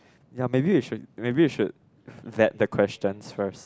ya maybe you should maybe you should that the questions first